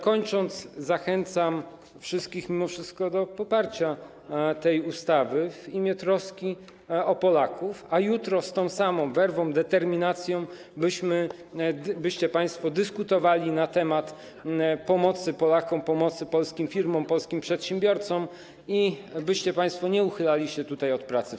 Kończąc, zachęcam wszystkich mimo wszystko do poparcia tej ustawy w imię troski o Polaków, a jutro z tą samą werwą, determinacją byście państwo dyskutowali na temat pomocy Polakom, pomocy polskim firmom, polskim przedsiębiorcom i byście państwo nie uchylali się od pracy w Sejmie.